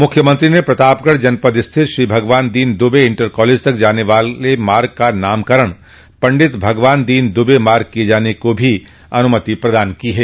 मुख्यमंत्री ने प्रतापगढ़ जनपद स्थित श्री भगवानदीन दुबे इन्टर कॉलेज तक जाने वाले मार्ग का नामकरण पंडित भगवानदीन दुबे मार्ग किये जाने को भी अनुमति प्रदान की है